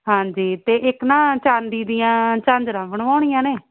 ਹਾਂਜੀ ਅਤੇ ਇੱਕ ਨਾ ਚਾਂਦੀ ਦੀਆਂ ਝਾਂਜਰਾਂ ਬਣਵਾਉਣੀਆਂ ਨੇ